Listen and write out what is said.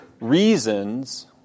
reasons